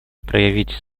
проявить